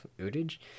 footage